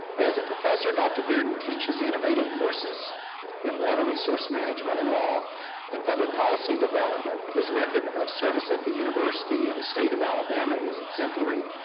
as a professor, dr. bearden teaches innovative courses in water resource management and law in public policy development. his record of service at the university and the state of alabama is exemplary.